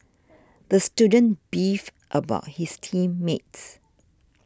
the student beefed about his team mates